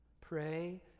Pray